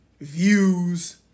views